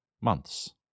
months